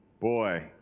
Boy